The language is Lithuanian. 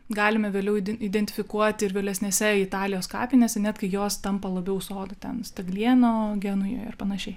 galime vėliau identifikuoti ir vėlesnėse italijos kapinėse net kai jos tampa labiau sodu ten staglieno genujoje ar panašiai